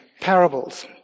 parables